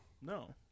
No